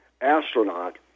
astronaut